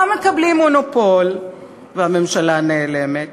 גם מקבלים מונופול, והממשלה נעלמת,